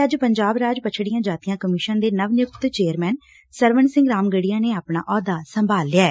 ਅੱਜ ਪੰਜਾਬ ਰਾਜ ਪੱਛੜੀਆਂ ਜਾਤੀਆਂ ਕਮਿਸ਼ਨ ਦੇ ਨਵ ਨਿਯੁਕਤ ਚੇਅਰਮੈਨ ਸਰਵਣ ਸਿੰਘ ਰਾਮਗੜੀਆ ਨੇ ਆਪਣਾ ਅਹੁੱਦਾ ਸੰਭਾਲ ਲਿਆ